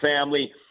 family